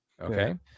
Okay